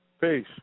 Peace